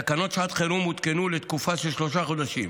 תקנות שעת חירום הותקנו לתקופה של שלושה חודשים.